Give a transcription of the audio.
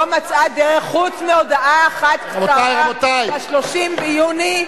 לא מצאה דרך חוץ מהודעה אחת קצרה ב-30 ביוני,